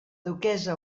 duquessa